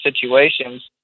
situations